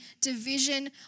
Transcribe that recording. division